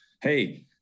hey